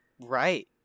Right